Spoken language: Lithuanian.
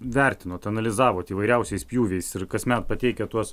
vertinot analizavot įvairiausiais pjūviais ir kasmet pateikiat tuos